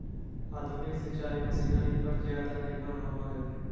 आधुनिक सिंचाई मशीनरी पर ज्यादा निर्भर होबो हइ